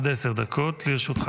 בבקשה, עד עשר דקות לרשותך.